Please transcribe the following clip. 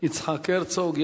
יצחק הרצוג.